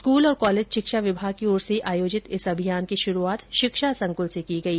school और college शिक्षा विभाग की ओर से आयोजित इस अभियान की शुरूआत शिक्षा संकल से की गई